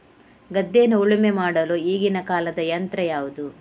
ಗದ್ದೆಯನ್ನು ಉಳುಮೆ ಮಾಡಲು ಈಗಿನ ಕಾಲದ ಯಂತ್ರ ಯಾವುದು?